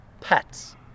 pets